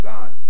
God